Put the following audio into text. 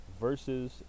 versus